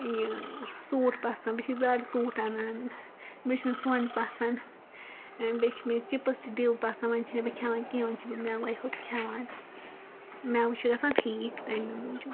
یہِ سوٗٹ پَسنٛد بہٕ چھس زیادٕ سوٗٹ انان مےٚ چھُنہ سۄن پَسنٛد بیٚیہِ چھِ مےٚ چپس تہِ ڈیو پَسنٛد وۄنۍ چھِنہٕ بہِ کھیٚوان کیٚنٛہہ وۄنۍ چھُ مےٚ میوے ہوت کھیٚوان میوٕ چھُ گژھان ٹھیٖک تَمے موجوب